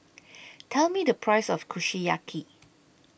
Tell Me The Price of Kushiyaki